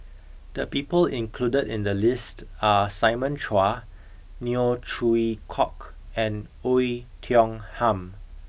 the people included in the list are Simon Chua Neo Chwee Kok and Oei Tiong Ham